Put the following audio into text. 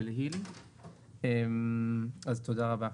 תודה רבה.